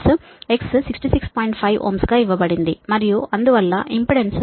5Ω గా ఇవ్వబడింది మరియు అందువల్ల ఇంపెడెన్స్ 25